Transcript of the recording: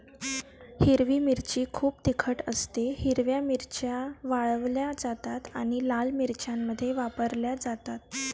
हिरवी मिरची खूप तिखट असतेः हिरव्या मिरच्या वाळवल्या जातात आणि लाल मिरच्यांमध्ये वापरल्या जातात